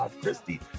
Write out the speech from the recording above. Christie